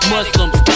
Muslims